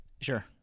Sure